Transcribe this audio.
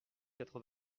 quatre